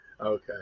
okay